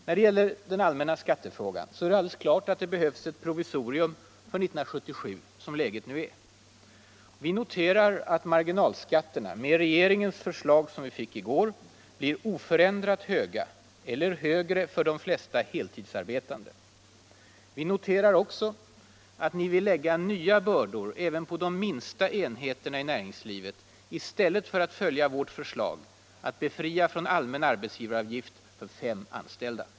När det gäller den allmänna skattefrågan är det alldeles klart att det behövs ett provisorium för 1977, som läget nu är. Vi noterar att marginalskatterna med regeringens förslag, som vi fick i går, blir oförändrat höga, eller högre för de flesta heltidsarbetande. Vi noterar också att ni vill lägga nya bördor även på de minsta enheterna i näringslivet i stället för att följa vårt förslag att befria från allmän arbetsgivaravgift vid högst fem anställda.